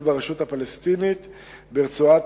רצוני